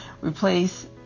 replace